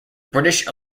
british